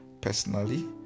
personally